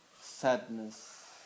sadness